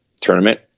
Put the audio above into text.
tournament